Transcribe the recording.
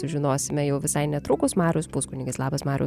sužinosime jau visai netrukus marius puskunigis labas mariau